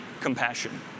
compassion